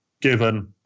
given